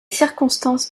circonstances